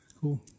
Cool